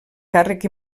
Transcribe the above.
càrrec